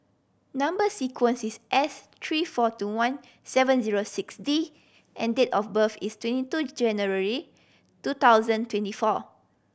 number sequence is S three four two one seven zero six D and date of birth is twenty two January two thousand twenty four